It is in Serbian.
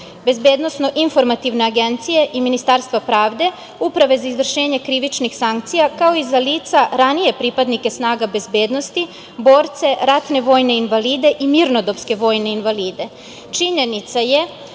poslova, BIA i Ministarstva pravde, Uprave za izvršenje krivičnih sankcija, kao i za lica ranije pripadnike snaga bezbednosti, borce, ratne vojne invalide i mirnodopske vojne invalide. Činjenica je